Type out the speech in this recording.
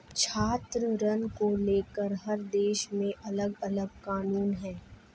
छात्र ऋण को लेकर हर देश में अलगअलग कानून है